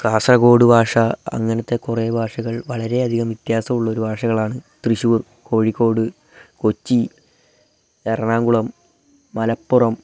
കാസർഗോഡ് ഭാഷ അങ്ങനെത്തെ കുറേ ഭാഷകൾ വളരെയധികം വ്യത്യാസമുള്ളൊരു ഭാഷകളാണ് തൃശ്ശൂർ കോഴിക്കോട് കൊച്ചി എറണാകുളം മലപ്പുറം